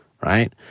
Right